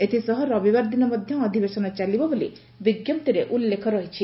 ଏଥିସହ ରବିବାର ଦିନ ମଧ୍ଘ ଅଧିବେଶନ ଚାଲିବ ବୋଲି ବିଙ୍କପ୍ତିରେ ଉଲ୍କେଖ ରହିଛି